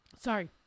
Sorry